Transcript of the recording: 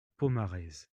pomarez